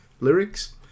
lyrics